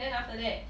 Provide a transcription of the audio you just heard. then after that